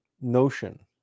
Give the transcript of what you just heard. notion